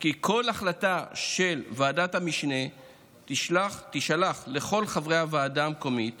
כי כל החלטה של ועדת המשנה תישלח לכל חברי הוועדה המקומית